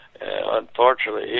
Unfortunately